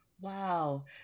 Wow